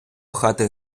хати